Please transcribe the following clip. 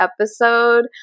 episode